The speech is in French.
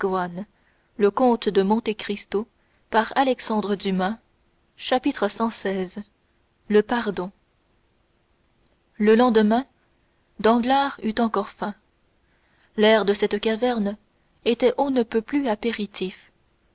de manger ses pois chiches cxvi le pardon le lendemain danglars eut encore faim l'air de cette caverne était on ne peut plus apéritif